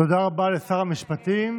תודה רבה לשר המשפטים.